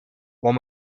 one